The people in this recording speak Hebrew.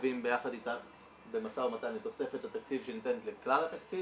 קובעים במשא ומתן את תוספת התקציב שניתנת לכלל התקציב